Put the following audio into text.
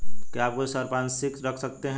क्या आप कोई संपार्श्विक रख सकते हैं?